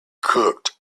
cooked